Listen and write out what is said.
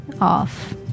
off